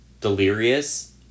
delirious